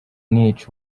nic